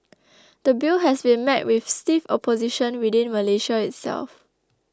the Bill has been met with stiff opposition within Malaysia itself